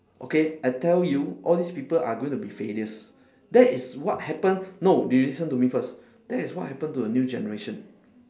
okay I tell you all this people are going to be failures that is what happen no you listen to me first that is what happen to the new generation